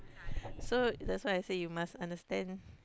so that's why I say you must understand